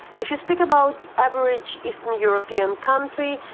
if you speak about average eastern european country,